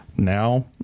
now